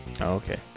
Okay